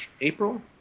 April